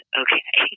okay